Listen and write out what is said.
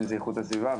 אם זה איכות הסביבה,